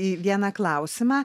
į vieną klausimą